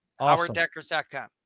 HowardDecker's.com